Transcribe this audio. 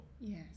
Yes